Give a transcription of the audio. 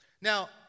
Now